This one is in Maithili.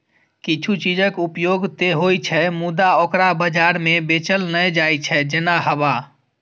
किछु चीजक उपयोग ते होइ छै, मुदा ओकरा बाजार मे बेचल नै जाइ छै, जेना हवा